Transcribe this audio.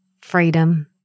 Freedom